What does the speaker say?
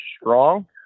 strong